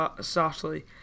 softly